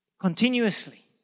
continuously